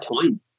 time